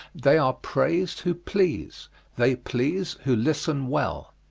they are praised who please they please who listen well.